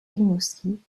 rimouski